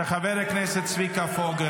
של חבר הכנסת צביקה פוגל.